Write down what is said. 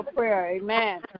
amen